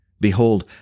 Behold